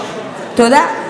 תודה.